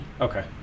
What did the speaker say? Okay